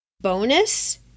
bonus